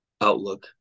outlook